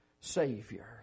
Savior